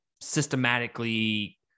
systematically